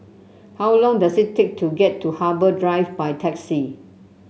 how long does it take to get to Harbour Drive by taxi